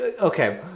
Okay